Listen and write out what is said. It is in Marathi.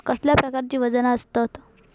कसल्या प्रकारची वजना आसतत?